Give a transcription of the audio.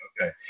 Okay